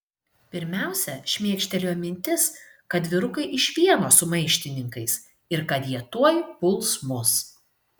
pirmiausia šmėkštelėjo mintis kad vyrukai iš vieno su maištininkais ir kad jie tuoj puls mus